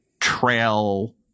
trail